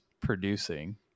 producing